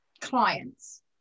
clients